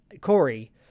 Corey